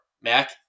Mac